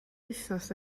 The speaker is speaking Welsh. wythnos